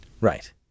Right